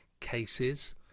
cases